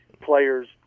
players